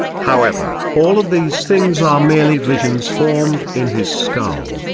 however, all of these things are merely visions formed in his skull,